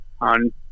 on